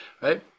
right